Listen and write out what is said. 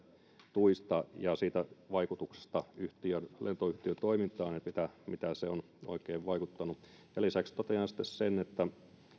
tuista ja vaikutuksesta lentoyhtiön toimintaan siitä miten tuki on oikein vaikuttanut lisäksi totean sen että